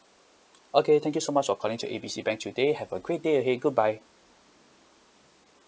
okay thank you so much for calling to A B C bank today have a great day ahead goodbye